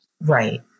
Right